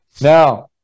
Now